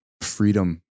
freedom